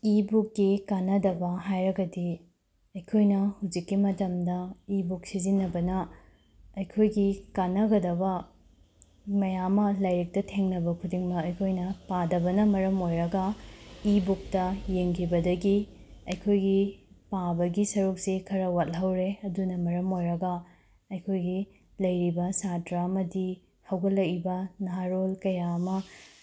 E ꯕꯨꯛꯀꯤ ꯀꯥꯅꯗꯕ ꯍꯥꯏꯔꯒꯗꯤ ꯑꯩꯈꯣꯏꯅ ꯍꯧꯖꯤꯛꯀꯤ ꯃꯇꯝꯗ ꯏ ꯕꯨꯛ ꯁꯤꯖꯤꯟꯅꯕꯅ ꯑꯩꯈꯣꯏꯒꯤ ꯀꯥꯅꯒꯗꯕ ꯃꯌꯥꯝ ꯑꯃ ꯂꯥꯏꯔꯤꯛꯇ ꯊꯦꯡꯅꯕ ꯈꯨꯗꯤꯡꯃꯛ ꯑꯩꯈꯣꯏꯅ ꯄꯥꯗꯕꯅ ꯃꯔꯝ ꯑꯣꯏꯔꯒ ꯏ ꯕꯨꯛꯇ ꯌꯦꯡꯈꯤꯕꯗꯒꯤ ꯑꯩꯈꯣꯏꯒꯤ ꯄꯥꯕꯒꯤ ꯁꯔꯨꯛꯁꯤ ꯈꯔ ꯋꯥꯠꯍꯧꯔꯦ ꯑꯗꯨꯅ ꯃꯔꯝ ꯑꯣꯏꯔꯒ ꯑꯩꯈꯣꯏꯒꯤ ꯂꯩꯔꯤꯕ ꯁꯥꯇ꯭ꯔ ꯑꯃꯗꯤ ꯍꯧꯒꯠꯂꯛꯏꯕ ꯅꯍꯥꯔꯣꯜ ꯀꯌꯥ ꯑꯃ